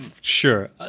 Sure